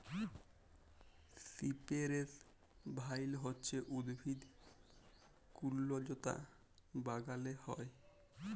সিপেরেস ভাইল হছে উদ্ভিদ কুল্জলতা বাগালে হ্যয়